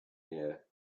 year